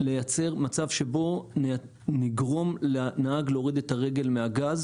לייצר מצב שבו נגרום לנהג להוריד את הרגל מהגז,